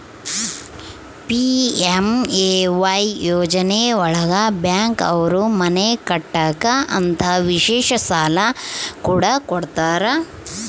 PMAY ಯೋಜನೆ ಒಳಗ bank ಅವ್ರು ಮನೆ ಕಟ್ಟಕ್ ಅಂತ ವಿಶೇಷ ಸಾಲ ಕೂಡ ಕೊಡ್ತಾರ